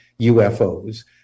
UFOs